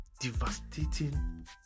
devastating